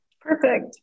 Perfect